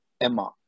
Emma